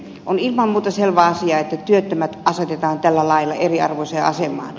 on ilman muuta selvä asia että työttömät asetetaan tällä lailla eriarvoiseen asemaan